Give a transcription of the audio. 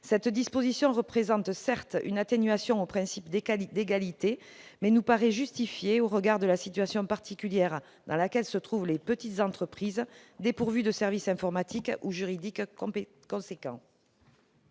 d'adopter représente certes une atténuation du principe d'égalité, mais nous paraît justifiée au regard de la situation particulière dans laquelle se trouvent les petites entreprises dépourvues de services informatique ou juridique suffisants.